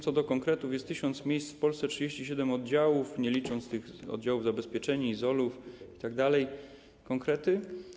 Co do konkretów: jest 1 tys. miejsc w Polsce, 37 oddziałów, nie licząc oddziałów zabezpieczeń, izolacji itd. Konkrety?